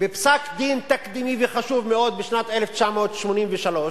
בפסק-דין תקדימי וחשוב מאוד, בשנת 1983,